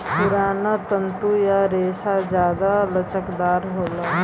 पुराना तंतु या रेसा जादा लचकदार होला